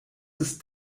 ist